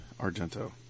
Argento